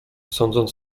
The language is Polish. sądząc